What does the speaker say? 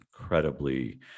incredibly